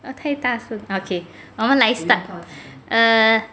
啊太大声 okay 我们来 start